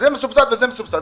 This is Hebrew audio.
זה מסובסד וזה מסובסד.